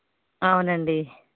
అవునండి